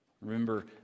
Remember